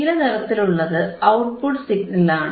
നീല നിറത്തിലുള്ളത് ഔട്ട്പുട്ട് സിഗ്നലാണ്